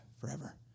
forever